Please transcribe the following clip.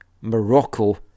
Morocco